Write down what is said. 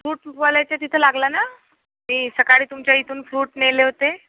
फ्रूटवाल्याच्या तिथं लागला ना मी सकाळी तुमच्या इथून फ्रूट नेले होते